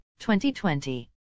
2020